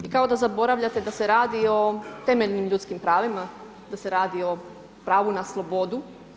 I kad da zaboravljate da se radi o temeljnim ljudskim pravima, da se radi o pravu na slobodu.